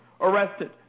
arrested